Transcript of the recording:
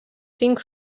cinc